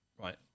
Right